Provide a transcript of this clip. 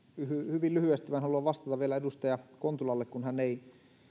hyvin lyhyesti vain haluan vastata vielä edustaja kontulalle kun hän ei